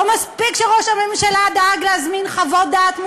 לא מספיק שראש הממשלה דאג להזמין חוות דעת,